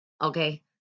okay